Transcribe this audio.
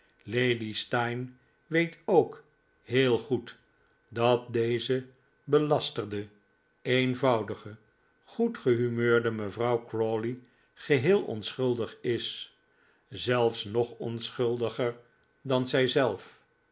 lady steyne weet ook heel goed dat deze belasterde eenvoudige goedgehumeurde mevrouw crawley geheel onschuldig is zelfs nog onschuldiger dan zijzelf